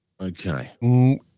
Okay